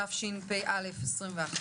תשפ"א-2021,